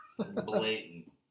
Blatant